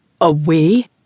away